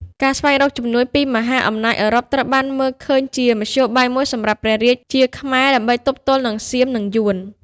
ការស្វែងរកជំនួយពីមហាអំណាចអឺរ៉ុបត្រូវបានមើលឃើញជាមធ្យោបាយមួយសម្រាប់ព្រះរាជាខ្មែរដើម្បីទប់ទល់នឹងសៀមនិងយួន។